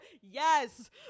yes